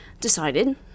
decided